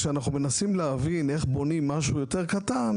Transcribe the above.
כשאנחנו מנסים להבין איך בונים משהו יותר קטן,